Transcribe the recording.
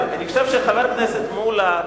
אני חושב שחבר הכנסת מולה,